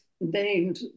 named